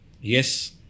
yes